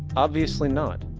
obviously not.